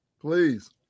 Please